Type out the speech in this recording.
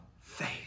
faith